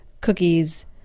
cookies